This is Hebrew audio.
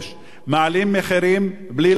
מעלים מחירים בלי לחשוב.